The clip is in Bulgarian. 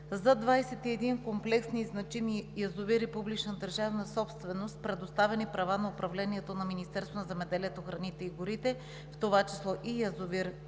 За 21 комплексни и значими язовира, публична държавна собственост – предоставени права на управление на Министерството на земеделието, храните и горите, в това число и язовир